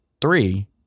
three